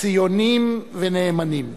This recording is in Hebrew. ציונים נאמנים.